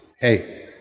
hey